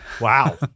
wow